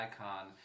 icon